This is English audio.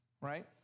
right